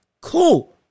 Cool